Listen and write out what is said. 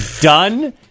done